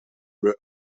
were